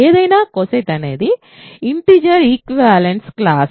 ఏదైనా coset అనేది integer equivalence class